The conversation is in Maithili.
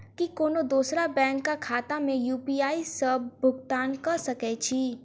की कोनो दोसरो बैंक कऽ खाता मे यु.पी.आई सऽ भुगतान कऽ सकय छी?